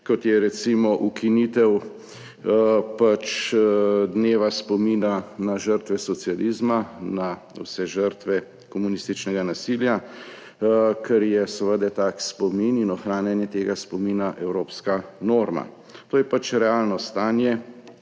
kot je recimo ukinitev dneva spomina na žrtve socializma, na vse žrtve komunističnega nasilja. Tak spomin in ohranjanje tega spomina je seveda evropska norma. To je pač realno stanje